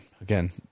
again